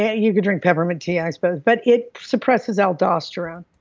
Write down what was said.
yeah you can drink peppermint tea i suppose, but it suppresses aldosterone.